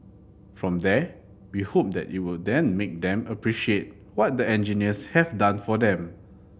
from there we hope that it will then make them appreciate what the engineers have done for them